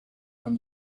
from